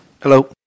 Hello